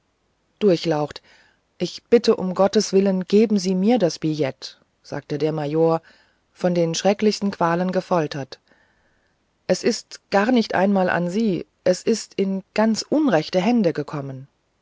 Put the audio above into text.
durchlaucht ich bitte um gottes willen geben sie mir das billet sagte der major von den schrecklichsten qualen gefoltert es ist gar nicht einmal an sie es ist in ganz unrechte hände gekommen